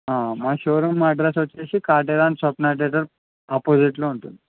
మా showroom address వచ్చేసి కాదేరాం స్వప్న జగత్ ఆపోజిట్లో ఉంటుంది